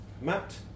Matt